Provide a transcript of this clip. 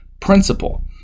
principle